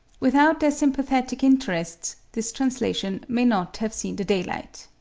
without their sympathetic interests, this translation may not have seen the daylight.